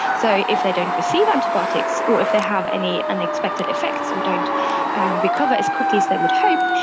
so if they don't receive antibiotics or if they have any unexpected effects or don't recover as quickly as they would hope,